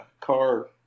car